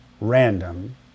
random